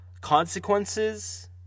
consequences